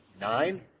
nine